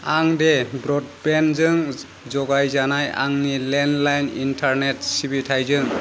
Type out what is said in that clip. आं दे ब्रडबेन्डजों जगायजानाय आंनि लेन्डलाइन इन्टारनेट सिबिथायजों